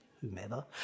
whomever